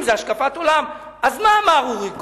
אם זה השקפת עולם, אז מה אמר אורי קורב?